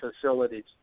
facilities